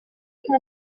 nta